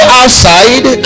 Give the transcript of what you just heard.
outside